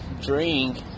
drink